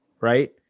right